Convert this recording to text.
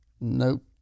Nope